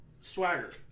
swagger